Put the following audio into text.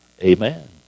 Amen